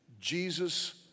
Jesus